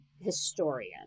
historian